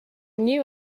new